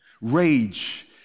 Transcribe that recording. rage